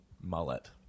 mullet